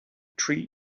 treat